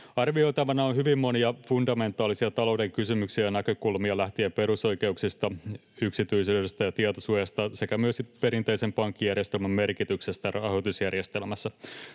Arvioitavana on hyvin monia fundamentaalisia talouden kysymyksiä ja näkökulmia lähtien perusoikeuksista, yksityisyydestä ja tietosuojasta sekä perinteisen pankkijärjestelmän merkityksestä rahoitusjärjestelmässä.